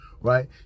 right